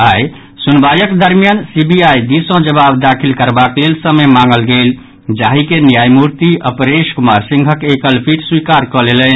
आई सुनवाईक दरमियान सीबीआई दिस सँ जवाब दाखिल करबाक लेल समय मांगल गेल जाहि के न्यायमूर्ति अपरेश कुमार सिंहक एकल पीठ स्वीकार कऽ लेलनि